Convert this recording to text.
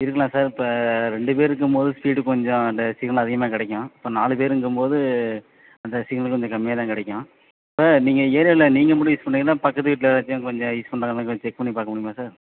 இருக்கலாம் சார் இப்போ ரெண்டுப் பேர் இருக்கும் போது ஸ்பீடு கொஞ்சம் இந்த சிக்னல் அதிகமாகக் கிடைக்கும் இப்போ நாலு பேருங்கும் போது அந்த சிக்னல் கொஞ்சம் கம்மியாக தான் கிடைக்கும் இப்போ நீங்கள் ஏரியாவில் நீங்கள் மட்டும் யூஸ் பண்ணுறீங்களா பக்கத்து வீட்டில் ஏதாச்சும் கொஞ்சம் யூஸ் பண்ணுறாங்களாங்கன்னு கொஞ்சம் செக் பண்ணி பார்க்க முடியுமா சார்